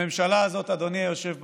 הממשלה הזאת, אדוני היושב בראש,